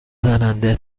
زننده